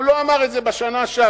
הוא לא אמר את זה בשנה שעברה,